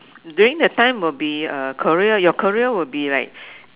during that time would be uh career your career would be like